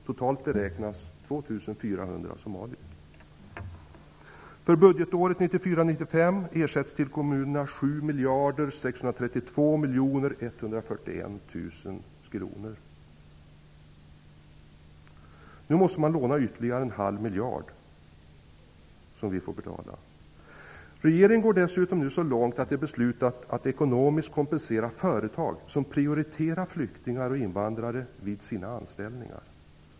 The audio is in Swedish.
Totalt beräknas det bli 2 400 För budgetåret 1994/95 betalas 7 632 141 000 kr i ersättning till kommunerna. Nu måste man låna ytterligare en halv miljard, som vi får betala. Regeringen går nu dessutom så långt att man beslutat att ekonomiskt kompensera företag som prioriterar flyktingar och invandrare vid sina anställningar.